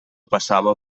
passava